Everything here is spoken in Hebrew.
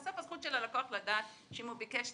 זו פשוט הזכות של הלקוח לדעת שאם הוא ביקש,